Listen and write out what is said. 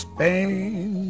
Spain